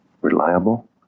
reliable